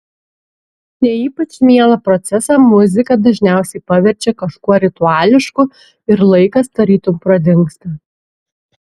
ne ypač mielą procesą muzika dažniausiai paverčia kažkuo rituališku ir laikas tarytum pradingsta